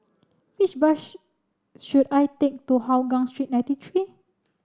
which bus should I take to Hougang Street ninety three